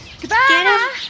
Goodbye